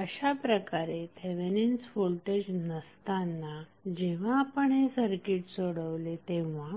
अशा प्रकारे Thevenin's voltage नसताना जेव्हा आपण हे सर्किट सोडवले तेव्हा